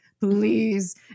please